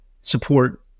support